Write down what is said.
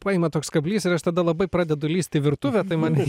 paima toks kablys ir aš tada labai pradedu lįst į virtuvę tai man